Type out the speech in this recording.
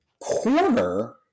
corner